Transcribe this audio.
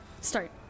start